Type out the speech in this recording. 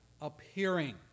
appearing